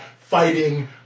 fighting